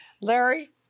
Larry